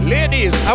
Ladies